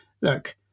look